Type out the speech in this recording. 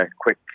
quick